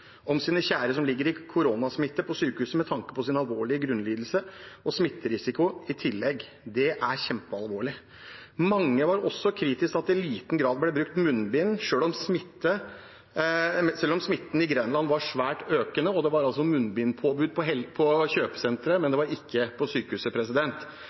om sine kjære som ligger i koronasmitte på sykehuset, med tanke på deres alvorlige grunnlidelse og smitterisiko i tillegg. Det er kjempealvorlig. Mange var også kritiske til at det i liten grad ble brukt munnbind selv om smitten i Grenland var svært økende, og det var altså munnbindpåbud på kjøpesentre, men ikke på sykehuset. Jeg hører hva statsråden sier, men